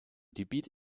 débit